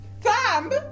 thumb